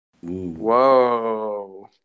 Whoa